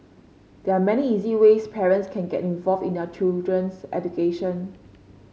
there are many easy ways parents can get involved in their children's education